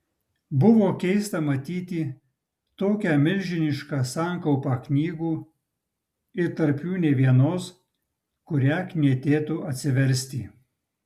buvo keista matyti tokią milžinišką sankaupą knygų ir tarp jų nė vienos kurią knietėtų atsiversti